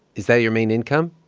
is that your main income?